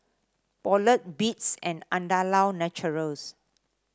Poulet Beats and Andalou Naturals